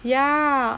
ya